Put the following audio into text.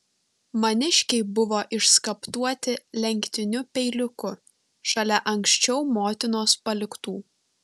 maniškiai buvo išskaptuoti lenktiniu peiliuku šalia anksčiau motinos paliktų